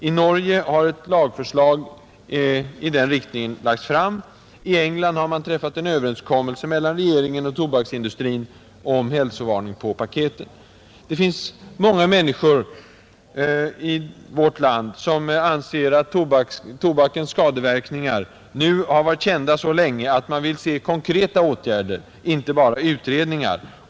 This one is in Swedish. I Norge har ett lagförslag i den riktningen lagts fram, i England har man träffat en överenskommelse mellan regeringen och tobaksindustrin om hälsovarning på paketen. Det finns många människor i vårt land som anser att tobakens skadeverkningar nu har varit kända så länge att man vill se konkreta åtgärder, inte bara utredningar.